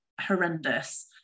horrendous